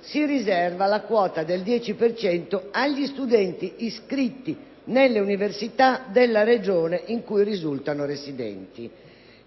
si riserva la quota del 10 per cento agli studenti iscritti nelle universitadella Regione in cui risultano residenti.